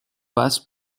passes